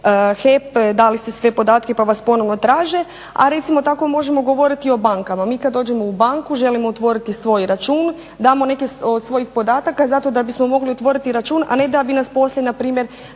HEP dali ste sve podatke pa vas ponovo traže, a recimo tako možemo govoriti o bankama. Mi kada dođemo u banku želimo otvoriti svoj račun, damo neke od svojih podataka da bismo mogli otvoriti račun, a ne da bi nas poslije npr.